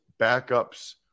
backups